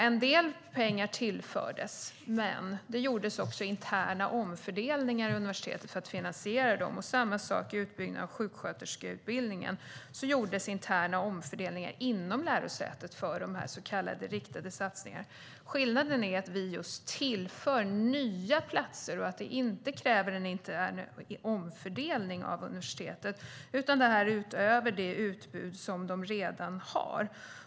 En del pengar tillfördes, men det gjordes också interna omfördelningar inom universitetet för att finansiera dem. Samma sak var det i utbyggnaden av sjuksköterskeutbildningen. Det gjordes interna omfördelningar inom lärosätet för de här så kallade riktade satsningarna. Skillnaden är att vi just tillför nya platser och att det inte kräver en intern omfördelning av universiteten. Det här är utöver det utbud som de redan har.